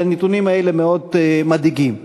והנתונים האלה מאוד מדאיגים.